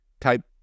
type